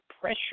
pressure